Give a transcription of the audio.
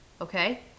okay